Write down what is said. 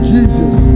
Jesus